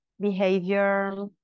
behavior